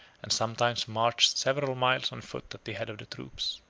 and sometimes marched several miles on foot at the head of the troops.